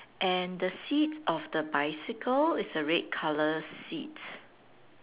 and the seat of the bicycle is a red color seat